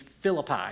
Philippi